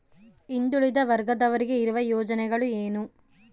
ಹಿಂದುಳಿದ ವರ್ಗದವರಿಗೆ ಇರುವ ಯೋಜನೆಗಳು ಏನು?